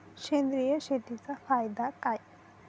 सेंद्रिय शेतीचा फायदा काय?